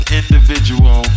individual